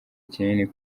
kinini